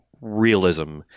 realism